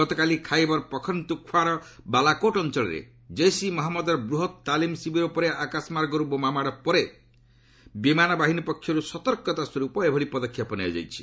ଗତକାଲି ଖାଇବର ପଖ୍ତୁନ୍ଖ୍ୱାର ବାଲାକୋଟ୍ ଅଞ୍ଚଳରେ ଜେିଶ୍ ଇ ମହମ୍ମଦ୍ର ବୃହତ ତାଲିମ୍ ଶିବିର ଉପରେ ଆକାଶମାର୍ଗରୁ ବୋମାମାଡ଼ ପରେ ବିମାନ ବାହିନୀ ପକ୍ଷରୁ ସତର୍କତା ସ୍ୱର୍ପ ଏଭଳି ପଦକ୍ଷେପ ନିଆଯାଇଛି